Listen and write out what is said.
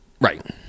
Right